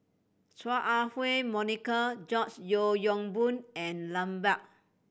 Chua Ah Huwa Monica George Yeo Yong Boon and Lambert